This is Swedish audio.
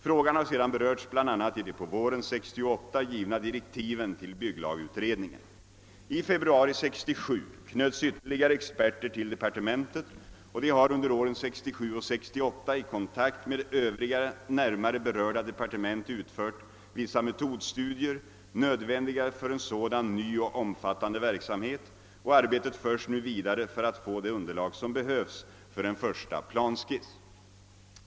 Frågan har sedan berörts bl.a. i de på våren 1968 givna direktiven till bygglagutredningen. I februari 1967 knöts ytterligare experter till departementet och de har under åren 1967 och 1968 i kontakt med Övriga närmare berörda departement utfört vissa metodstudier, nödvändiga för en sådan ny och omfattande verksamhet, och arbetet förs nu vidare för att få det underlag som behövs för en första planskiss.